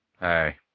Hey